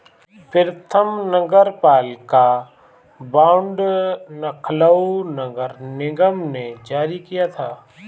प्रथम नगरपालिका बॉन्ड लखनऊ नगर निगम ने जारी किया था